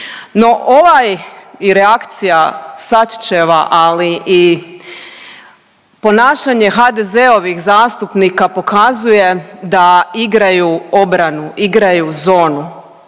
No ovaj i reakcija Sačićeva ali i ponašanje HDZ-ovih zastupnika pokazuje da igraju obranu, igraju zonu.